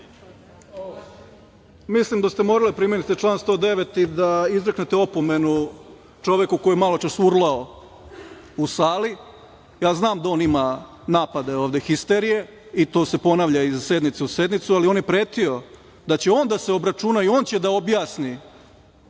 109.Mislim da ste morali da primenite član 109. i da izreknete opomenu čoveku koji je maločas urlao u sali. Ja znam da on ima napade ovde histerije i to se ponavlja iz sednice u sednicu, ali on je pretio da će on da se obračuna i on će da objasni